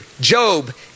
Job